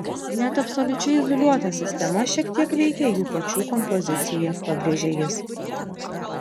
net absoliučiai izoliuotas sistemas šiek tiek veikia jų pačių kompozicija pabrėžia jis